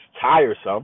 tiresome